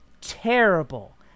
terrible